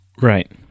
Right